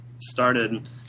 started